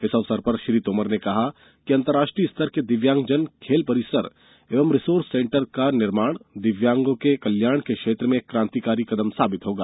इस अवसर पर श्री तोमर ने कहा कि अंतर्राष्ट्रीय स्तर के दिव्यांगजन खेल परिसर एवं रिसोर्स सेंटर का निर्माण दिव्यांगों के कल्याण के क्षेत्र में एक क्रांतिकारी कदम साबित होगा